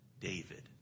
David